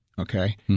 okay